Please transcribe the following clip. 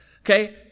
okay